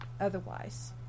otherwise